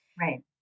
Right